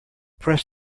press